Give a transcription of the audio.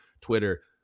Twitter